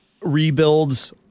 rebuilds